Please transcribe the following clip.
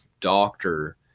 doctor